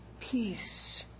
Peace